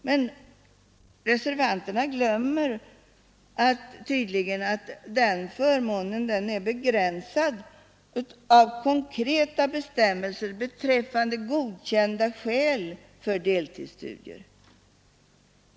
Men reservanterna glömmer tydligen att denna förmån är begränsad av konkreta bestämmelser beträffande godkända skäl för deltidsstudier.